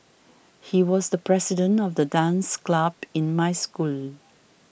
he was the president of the dance club in my school